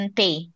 pay